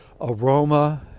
aroma